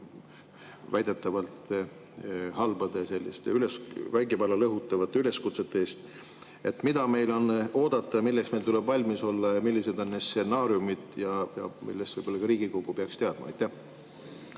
väidetavalt halbade, vägivallale õhutavate üleskutsete eest. Mida meil on oodata? Milleks meil tuleb valmis olla ja millised on stsenaariumid, millest võib-olla ka Riigikogu peaks teadma? Aitäh!